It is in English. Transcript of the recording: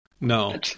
No